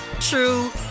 true